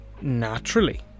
Naturally